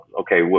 okay